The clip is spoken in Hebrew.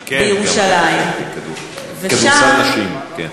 בירושלים, כדורסל נשים, כן.